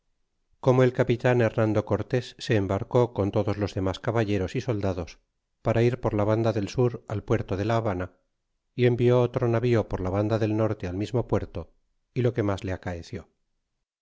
como el capitan hernando cortés se embarcó con todos los denlas caballeros y soldados para ir por la banda del sur al puerto de la habana y envió otro navío por la banda del norte al mismo puerto y lo sine mas le acaeció